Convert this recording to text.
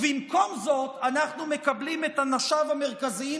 במקום זאת אנחנו מקבלים את אנשיו המרכזיים